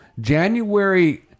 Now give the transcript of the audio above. January